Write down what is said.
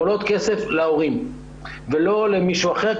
והן עולות כסף להורים ולא למישהו אחר,